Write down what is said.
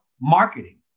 marketing